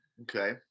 okay